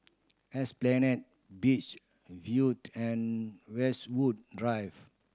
Esplanade Beach Viewed and Westwood Drive